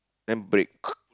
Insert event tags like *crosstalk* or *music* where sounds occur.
then break *noise*